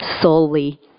solely